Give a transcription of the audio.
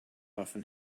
often